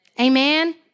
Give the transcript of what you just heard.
Amen